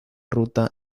ruta